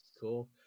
Cool